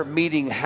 meeting